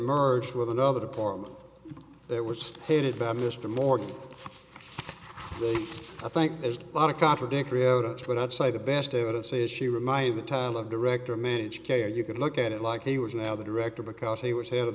merged with another department that was headed by mr morgan i think there's a lot of contradictory evidence but i'd say the best evidence is she remind the time of director managed care you could look at it like he was now the director because he